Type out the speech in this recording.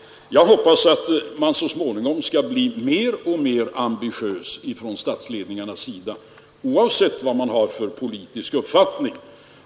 Jag hoppas att man från statsledningarnas sida så småningom skall bli mer och mer ambitiös i det hänseendet, oavsett vad man har för politisk uppfattning.